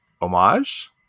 homage